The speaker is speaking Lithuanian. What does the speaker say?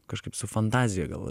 kažkaip su fantazija gal